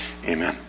Amen